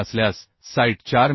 असल्यास साइट 4 मि